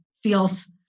feels